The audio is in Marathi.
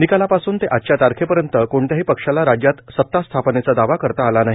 निकालापासून ते आजच्या तारखेपर्यंत कोणत्याही पक्षाला राज्यात सतास्थापनेचा दावा करता आला नाही